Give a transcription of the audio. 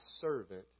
servant